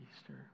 Easter